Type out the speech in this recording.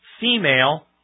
female